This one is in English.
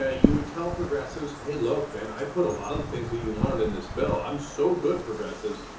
ah you would tell progressives, hey look man, i put a lot of the things that you learned in this bill. i'm so good progressives.